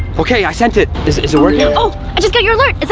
okay, i sent it, is it is it working? ah oh, i just got your alert, is